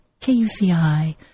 KUCI